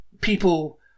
people